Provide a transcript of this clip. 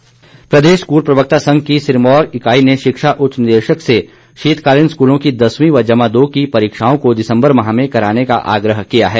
पत्र प्रदेश स्कूल प्रवक्ता संघ की सिरमौर इकाई ने शिक्षा उच्च निदेशक से शीतकालीन स्कूलों की दसवीं व जमा दो की परीक्षाओं को दिसम्बर माह में कराने का आग्रह किया है